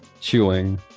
chewing